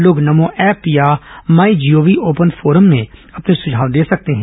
लोग नमो ऐप या my G O V open forum में अपने सुझाव दे सकते हैं